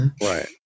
Right